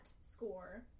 score